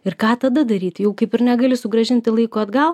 ir ką tada daryti jau kaip ir negali sugrąžinti laiko atgal